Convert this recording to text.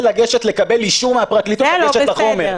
להשיג אישור מהפרקליטות להגיע לחומר.